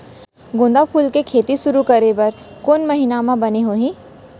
गेंदा फूल के खेती शुरू करे बर कौन महीना मा बने होही?